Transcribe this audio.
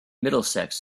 middlesex